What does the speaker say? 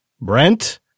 Brent